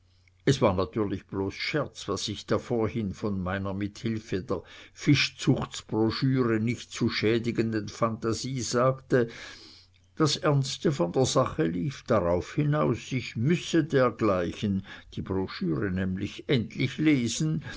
es war natürlich bloß scherz was ich da vorhin von meiner mit hilfe der fischzuchtsbroschüre nicht zu schädigenden phantasie sagte das ernste von der sache lief darauf hinaus ich müsse dergleichen die broschüre nämlich endlich lesen